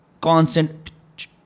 constant